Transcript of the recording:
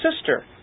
sister